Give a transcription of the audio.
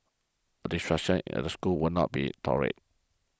a disruption in the school will not be tolerated